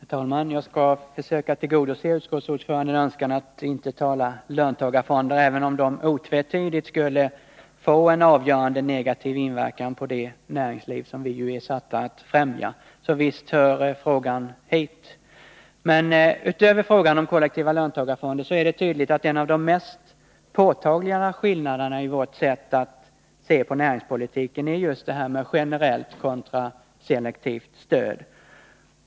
Herr talman! Jag skall försöka tillgodose utskottsordförandens önskan och inte tala om löntagarfonder, även om de otvetydigt skulle få en avgörande negativ inverkan på det näringsliv som vi är satta att främja. Så visst hör frågan hit. Utöver frågan om kollektiva löntagarfonder är det tydligt att en av de mest påtagliga skillnaderna i vårt sätt att se på näringspolitiken gäller just generellt stöd kontra selektivt stöd.